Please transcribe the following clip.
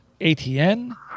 ATN